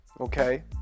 okay